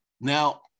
Now